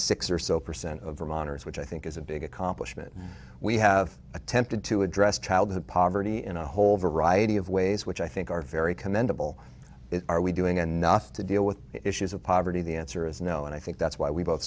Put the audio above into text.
six or so percent of vermonters which i think is a big accomplishment and we have attempted to address childhood poverty in a whole variety of ways which i think are very commendable are we doing enough to deal with issues of poverty the answer is no and i think that's why we both